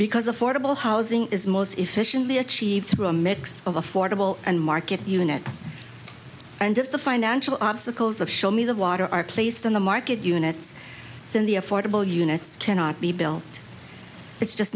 because affordable housing is most efficiently achieved through a mix of affordable and market units and if the financial obstacles of show me the water are placed on the market units then the affordable units cannot be built it's just